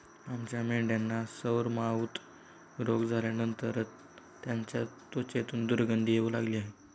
आमच्या मेंढ्यांना सोरमाउथ रोग झाल्यानंतर त्यांच्या त्वचेतून दुर्गंधी येऊ लागली आहे